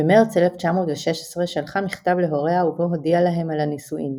במרץ 1916 שלחה מכתב להוריה ובו הודיעה להם על הנישואין.